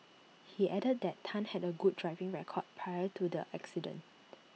he added that Tan had A good driving record prior to the accident